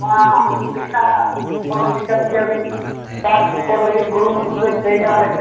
ᱱᱚᱣᱟ ᱳᱰᱤᱥᱟ ᱯᱚᱱᱚᱛ ᱦᱤᱥᱟᱹᱵᱛᱮ ᱟᱹᱵᱤᱱ ᱪᱟᱥ ᱠᱚ ᱞᱟᱹᱜᱤᱫ ᱠᱩᱨᱩᱢᱩᱴᱩ ᱠᱟᱹᱡ ᱞᱟᱹᱭ ᱧᱚᱜ ᱟᱹᱞᱤᱧ ᱵᱤᱱ